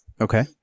Okay